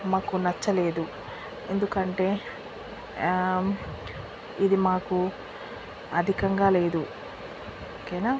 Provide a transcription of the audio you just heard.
మాకు నచ్చలేదు ఎందుకంటే ఆ ఇది మాకు అధికంగా లేదు ఓకే నా